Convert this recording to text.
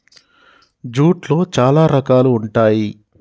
జూట్లో చాలా రకాలు ఉంటాయి